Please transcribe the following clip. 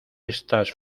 estas